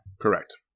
correct